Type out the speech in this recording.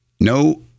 No